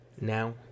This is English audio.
Now